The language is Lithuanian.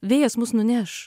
vėjas mus nuneš